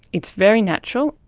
it's very natural,